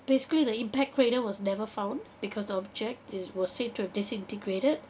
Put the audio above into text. basically the impact crater was never found because the object it was said to have disintegrated